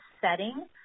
setting